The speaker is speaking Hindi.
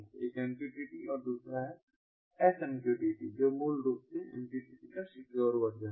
एक MQTT और दूसरा है SMQTT जो मूल रूप से MQTT का सिक्योर वर्जन है